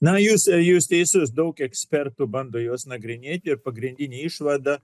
na jūs jūs teisus daug ekspertų bando juos nagrinėti ir pagrindinė išvada